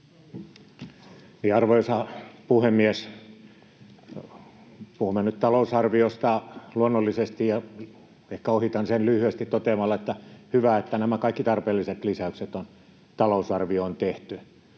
Arvoisa puhemies! Puhumme nyt talousarviosta luonnollisesti, ja ehkä ohitan sen lyhyesti toteamalla, että hyvä, että nämä kaikki tarpeelliset lisäykset on talousarvioon tehty.